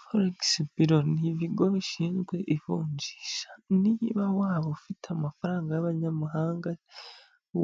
Foregisi biro ni ibigo bishinzwe ivunjisha. Niba waba ufite amafaranga y'abanyamahanga